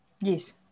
yes